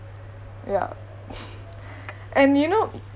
ya and you know